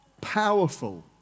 powerful